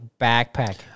backpack